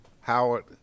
howard